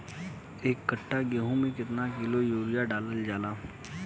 एक कट्टा गोहूँ में केतना किलोग्राम यूरिया डालल जाला?